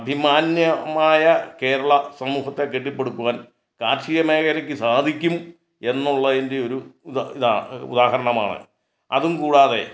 അഭിമാന്യമായ കേരള സമൂഹത്തെ കെട്ടിപ്പടുക്കുവാൻ കാർഷിക മേഖലക്ക് സാധിക്കും എന്നുള്ളതിൻ്റെ ഒരു ഉദാ ഇതാ ഉദാഹരണമാണ് അതും കൂടാതെ